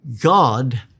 God